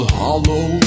hollow